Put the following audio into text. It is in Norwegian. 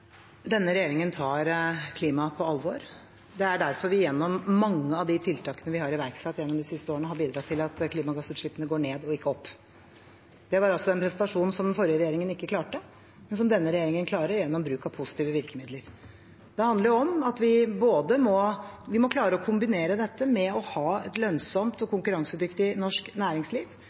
Denne regjeringen tar klima på alvor. Det er derfor vi gjennom mange av de tiltakene vi har iverksatt de siste årene, har bidratt til at klimagassutslippene går ned og ikke opp. Det var en prestasjon som den forrige regjeringen ikke klarte, men som denne regjeringen klarer gjennom bruk av positive virkemidler. Det handler om at vi må klare å kombinere dette med å ha et lønnsomt og konkurransedyktig norsk næringsliv,